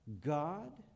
God